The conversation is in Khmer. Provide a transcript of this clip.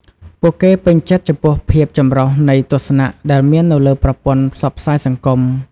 ពួកគេពេញចិត្តចំពោះភាពចម្រុះនៃទស្សនៈដែលមាននៅលើប្រព័ន្ធផ្សព្វផ្សាយសង្គម។